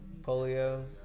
polio